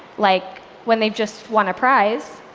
like when they've just won a prize,